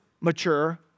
mature